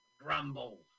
Grumble